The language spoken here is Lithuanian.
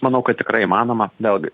manau kad tikrai įmanoma vėl gi